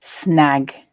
Snag